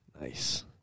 Nice